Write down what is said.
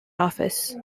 office